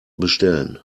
bestellen